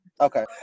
Okay